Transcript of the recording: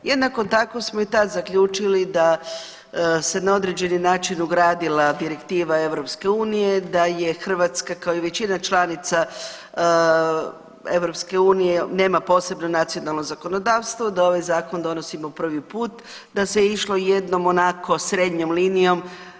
Jednako tako smo i tada zaključili da se na određeni način ugradila Direktiva Europske unije da je Hrvatska kao i većina članica EU nema posebno nacionalno zakonodavstvo, da ovaj zakon donosimo prvi put, da se išlo jednom onako srednjom linijom.